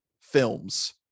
films